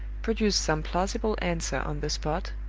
produce some plausible answer on the spot,